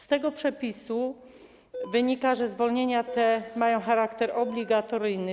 Z tego przepisu wynika, że zwolnienia te mają charakter obligatoryjny.